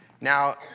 Now